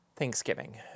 thanksgiving